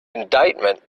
indictment